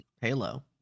Halo